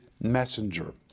messenger